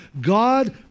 God